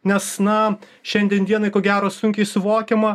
nes na šiandien dienai ko gero sunkiai suvokiama